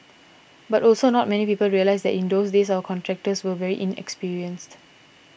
but also not many people realise that in those days our contractors were very inexperienced